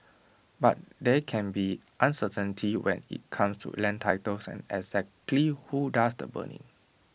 but there can be uncertainty when IT comes to land titles and exactly who does the burning